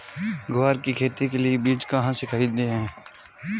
ग्वार की खेती के लिए बीज कहाँ से खरीदने हैं?